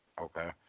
Okay